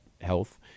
health